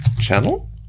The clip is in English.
channel